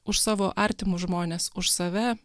už savo artimus žmones už save